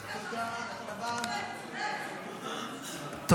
רק שנייה --- הוא צודק.